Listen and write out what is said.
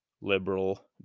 liberal